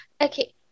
Okay